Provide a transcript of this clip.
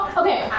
okay